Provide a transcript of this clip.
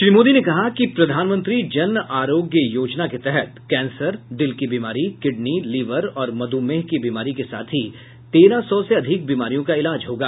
श्री मोदी ने कहा कि प्रधानमंत्री जन आरोग्य योजना के तहत कैंसर दिल की बीमारी किडनी लिवर और मध्रमेह की बीमारी के साथ ही तेरह सौ से अधिक बीमारियों का इलाज होगा